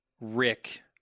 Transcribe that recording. rick